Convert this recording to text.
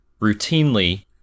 routinely